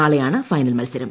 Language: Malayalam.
നാളെയാണ് ഫൈനൽ മത്സരം